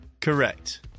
Correct